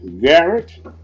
Garrett